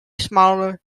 smaller